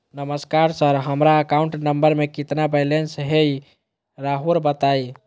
नमस्कार सर हमरा account number में कितना बैलेंस हेई राहुर बताई?